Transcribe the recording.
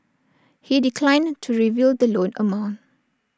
he declined to reveal the loan amount